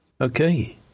Okay